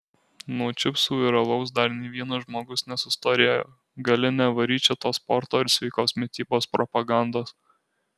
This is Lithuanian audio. nuo čipsų ir alaus dar nei vienas žmogus nesustorėjo gali nevaryt čia tos sporto ir sveikos mitybos propagandos